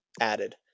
added